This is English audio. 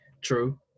True